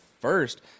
first